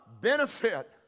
benefit